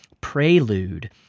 prelude